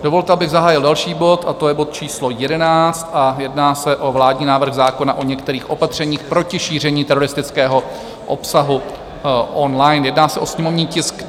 Dovolte, abych zahájil další bod a to je bod číslo 11 a jedná se o vládní návrh zákona o některých opatřeních proti šíření teroristického obsahu online, jedná se o sněmovní tisk...